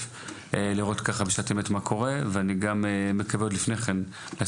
גם כדי לראות מה קורה וגם מקווה שעוד לפני כן נצליח